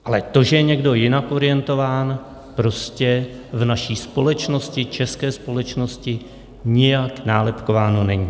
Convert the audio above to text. Ale to, že je někdo jinak orientován, prostě v naší společnosti, české společnosti, nijak nálepkováno není.